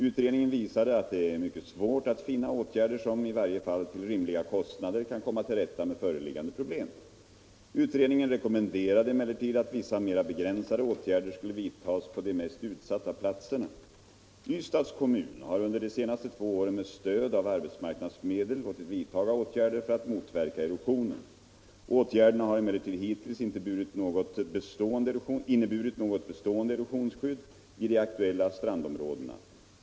Utredningen visade att det är mycket svårt att finna åtgärder som, i varje fall till rimliga kostnader, kan komma till rätta med föreliggande problem. Utredningen rekommenderade emellertid att vissa mera begränsade åtgärder skulle vidtas på de mest utsatta platserna. Ystads kommun har under de senaste två åren med stöd av arbetsmarknadsmedel låtit vidta åtgärder för att motverka erosionen. Åtgärderna har emellertid hittills inte inneburit något bestående erosionsskydd vid de aktuella strandområdena.